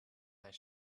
their